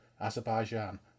Azerbaijan